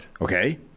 Okay